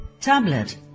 tablet